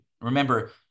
Remember